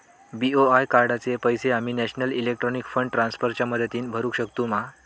BOI कार्डाचे पैसे आम्ही नेशनल इलेक्ट्रॉनिक फंड ट्रान्स्फर च्या मदतीने भरुक शकतू मा?